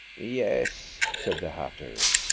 yes, said the hatter.